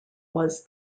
was